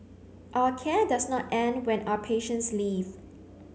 our care does not end when our patients leave